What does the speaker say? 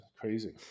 crazy